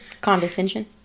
Condescension